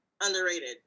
underrated